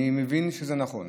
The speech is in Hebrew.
ואני מבין שזה נכון.